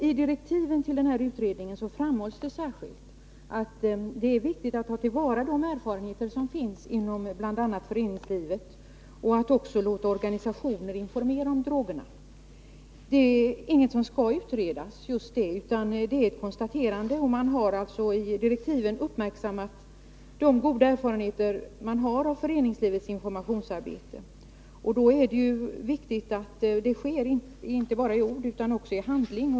I direktiven till utredningen framhålls det emellertid särskilt att det är viktigt att de resurser som finns inom bl.a. föreningslivet tas till vara. Vidare är det betydelsefullt att låta olika organisationer informera om drogerna. Det är inget som skall utredas härvidlag. Det är bara att konstatera. Av direktiven framgår det att man har uppmärksammat de goda erfarenheterna av föreningslivets informationsarbete. Detta är viktigt — inte bara i ord, utan också i handling.